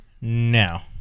now